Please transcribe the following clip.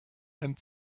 and